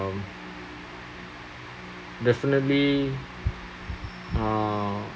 um definitely uh